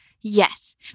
Yes